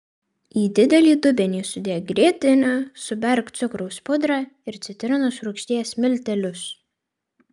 į didelį dubenį sudėk grietinę suberk cukraus pudrą ir citrinos rūgšties miltelius